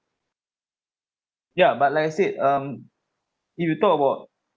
ya but like I said um if you talk about